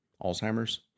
Alzheimer's